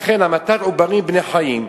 לכן, המתת עוברים בני-חיים,